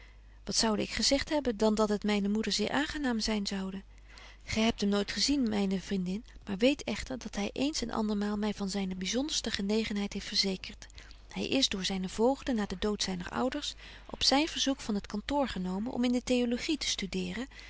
wat zoude ik gezegt hebben dan dat het myne moeder zeer aangenaam zyn zoude gy betje wolff en aagje deken historie van mejuffrouw sara burgerhart hebt hem nooit gezien myne vriendin maar weet echter dat hy eens en andermaal my van zyne byzonderste genegenheid heeft verzekert hy is door zyne voogden na den dood zyner ouders op zyn verzoek van het kantoor genomen om in de theologie te studeeren